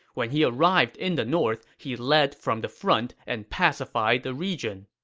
when he arrived in the north, he led from the front and pacified the region.